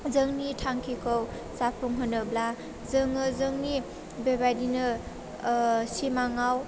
जोंनि थांखिखौ जाफुंहोनोब्ला जोङो जोंनि बेबायदिनो सिमाङाव